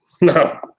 no